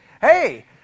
hey